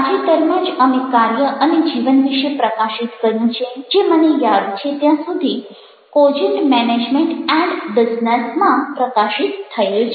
તાજેતરમાં જ અમે કાર્ય અને જીવન વિશે પ્રકાશિત કર્યું છે જે મને યાદ છે ત્યાં સુધી કોજન્ટ મેનેજમેન્ટ એન્ડ બિઝનેસ માં પ્રકાશિત થયેલ છે